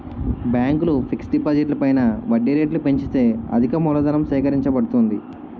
బ్యాంకులు ఫిక్స్ డిపాజిట్లు పైన వడ్డీ రేట్లు పెంచితే అధికమూలధనం సేకరించబడుతుంది